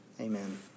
Amen